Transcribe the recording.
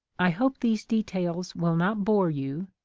i hope these details will not bore you,